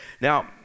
now